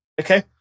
Okay